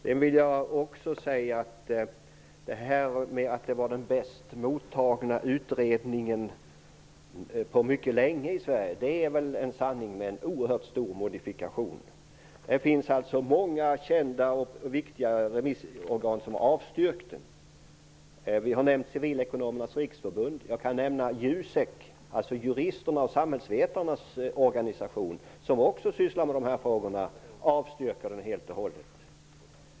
Uttalandet att detta var den bäst mottagna utredningen på mycket länge i Sverige är väl en sanning med oerhört stor modifikation. Det finns många kända och viktiga remissorgan som har avstyrkt förslaget. Vi har nämnt Civilekonomernas riksförbund. Jag kan nämna att JUSEK, juristernas och samhällsvetarnas organisation, som också sysslar med de här frågorna, avstyrker förslaget helt och hållet.